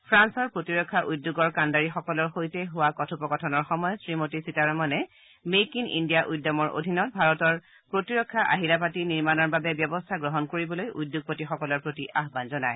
ফ্ৰালৰ প্ৰতিৰক্ষা উদ্যোগৰ কাণ্ডাৰীসকলৰ সৈতে হোৱা কথোপকথনৰ সময়ত শ্ৰীমতী সীতাৰমণে মেক ইন ইণ্ডিয়া উদ্যমৰ অধীনত ভাৰতৰ প্ৰতিৰক্ষা আহিলাপাতি নিৰ্মণৰ বাবে ব্যৱস্থা গ্ৰহণ কৰিবলৈ উদ্যোগপতি সকলৰ প্ৰতি আহান জনায়